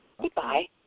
Goodbye